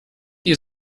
die